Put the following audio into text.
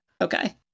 Okay